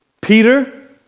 Peter